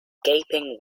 gaping